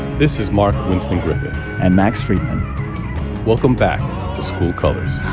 this is mark winston griffith and max freedman welcome back to school colors.